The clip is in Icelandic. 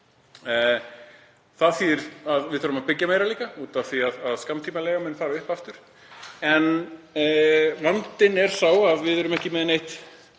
Það þýðir að við þurfum að byggja meira af því að skammtímaleiga mun fara upp aftur. En vandinn er sá að við erum ekki með neitt